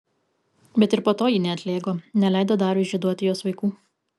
bet ir po to ji neatlėgo neleido dariui žieduoti jos vaikų